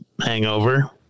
hangover